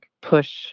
push